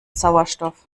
sauerstoff